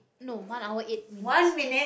no one hour eight minutes